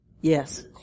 Yes